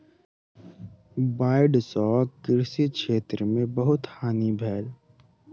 बाइढ़ सॅ कृषि क्षेत्र में बहुत हानि भेल